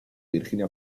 virginia